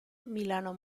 milano